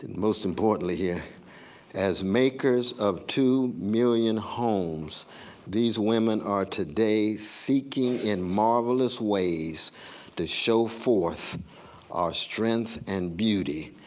and most important here as makers of two million homes these women are today seeking in marvelous ways to show forth our strength and beauty